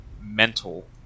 mental